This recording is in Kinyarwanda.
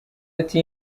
ati